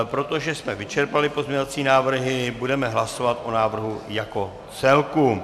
Protože jsme vyčerpali pozměňovací návrhy, budeme hlasovat o návrhu jako celku.